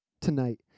tonight